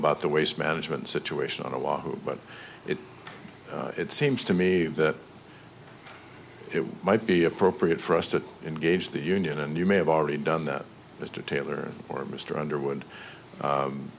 about the waste management situation on the law but it seems to me that it might be appropriate for us to engage the union and you may have already done that mr taylor or mr underwood